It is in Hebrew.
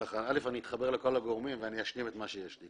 אני אתחבר לכל הגורמים ואני אשלים את מה שיש לי.